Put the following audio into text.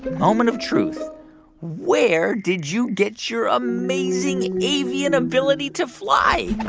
moment of truth where did you get your amazing avian ability to fly?